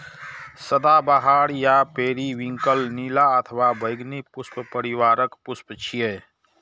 सदाबहार या पेरिविंकल नीला अथवा बैंगनी पुष्प परिवारक पुष्प छियै